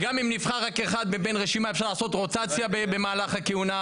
גם אם נבחר אחד מרשימה אפשר לעשות רוטציה במהלך הכהונה,